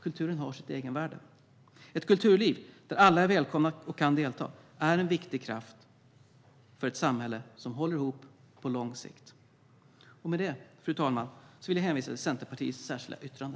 Kulturen har sitt egenvärde. Ett kulturliv där alla är välkomna och kan delta är en viktig kraft för ett samhälle som håller ihop på lång sikt. Med det, fru talman, vill jag hänvisa till Centerpartiets särskilda yttrande.